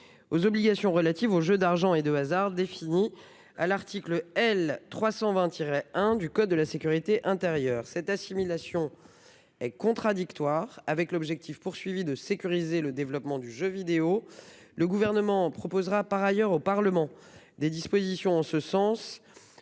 aux obligations relatives aux jeux d'argent et de hasard définies à l'article L. 320-1 du code de la sécurité intérieure. Cette assimilation est contradictoire avec l'objectif de sécuriser le développement du jeu vidéo. Par ailleurs, le Gouvernement proposera au Parlement des dispositions en ce sens